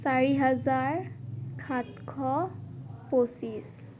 চাৰি হাজাৰ সাতশ পঁচিছ